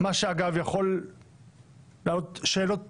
מה שאגב יכול להעלות שאלות